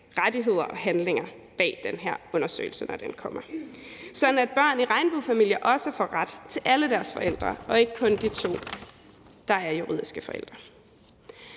rettigheder og handlinger bag den her undersøgelse, når den kommer, sådan at børn i regnbuefamilier også får ret til alle deres forældre og ikke kun de to, der er juridiske forældre.